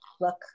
look